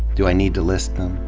do i need to list them?